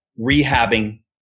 rehabbing